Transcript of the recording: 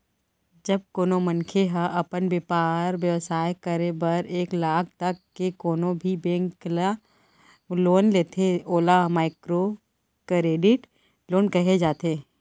जब कोनो मनखे ह अपन बेपार बेवसाय करे बर एक लाख तक के कोनो भी बेंक ले लोन लेथे ओला माइक्रो करेडिट लोन कहे जाथे